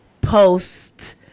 post